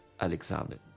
Alexander